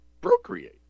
procreate